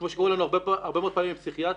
כמו שקורה לנו הרבה מאוד פעמים בפסיכיאטריה